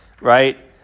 right